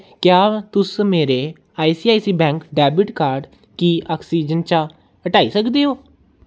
क्या तुस मेरे आईसीआईसीआई बैंक डैबिट कार्ड गी आक्सीजन चा हटाई सकदे ओ